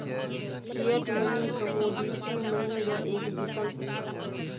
fiat money commodity money रो एक विकल्प छिकै